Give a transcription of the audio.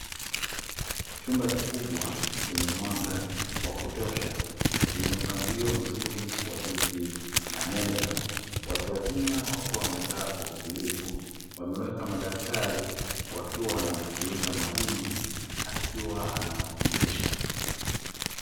Chumba kikubwa chenye mwanga wa kutosha chenye mpangilio mzuri wa viti na meza watu wazima wakiwa wamekaa kwa utulivu wameweka madaftari wakiwa wanamsikiliza mwalimu akiwa anawafundisha.